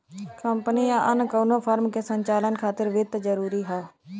company या अन्य कउनो फर्म के संचालन खातिर वित्त जरूरी हौ